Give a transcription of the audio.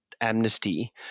amnesty